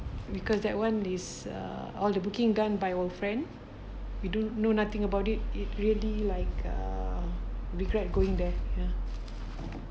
because that [one] is err all the booking done by our friend we don't know nothing about it it really like a regret going there